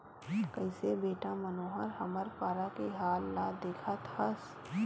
कइसे बेटा मनोहर हमर पारा के हाल ल देखत हस